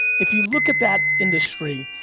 if you look at that industry,